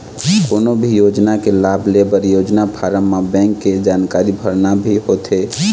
कोनो भी योजना के लाभ लेबर योजना फारम म बेंक के जानकारी भरना भी होथे